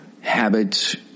habits